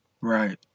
Right